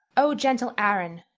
o gentle aaron,